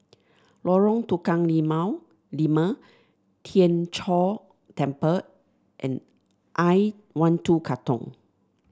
Lorong Tukang Limau Lima Tien Chor Temple and I one two Katong